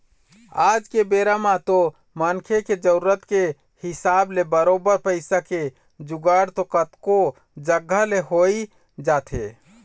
आज के बेरा म तो मनखे के जरुरत के हिसाब ले बरोबर पइसा के जुगाड़ तो कतको जघा ले होइ जाथे